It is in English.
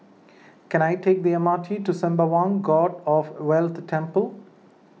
can I take the M R T to Sembawang God of Wealth Temple